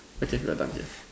okay we're done here